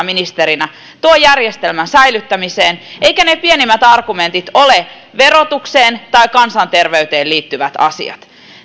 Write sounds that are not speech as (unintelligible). (unintelligible) ministerinä tuon järjestelmän säilyttämiseen eivätkä ne pienimmät argumentit ole verotukseen tai kansanterveyteen liittyvät asiat